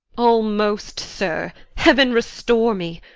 almost, sir. heaven restore me!